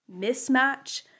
mismatch